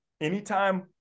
Anytime